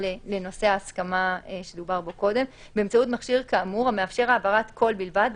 לנושא ההסכמה שדובר בו קודם "באמצעות מכשיר כאמור המאפשר העברת קול בלבד,